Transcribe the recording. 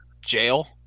jail